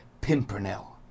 Pimpernel